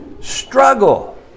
struggle